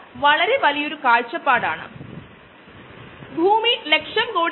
വളരെ ലളിതമായി പറഞ്ഞാൽ തൈര് ഉണ്ടാക്കുന്നതും ഒരു ബയോപ്രോസസ് ആണ്